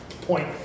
point